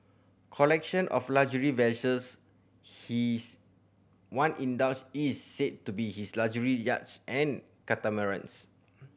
collection of luxury vessels his one indulge is said to be his luxury yacht and catamarans